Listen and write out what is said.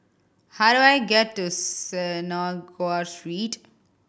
how do I get to Synagogue Street